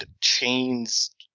chains